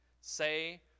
say